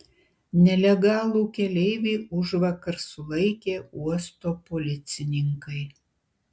nelegalų keleivį užvakar sulaikė uosto policininkai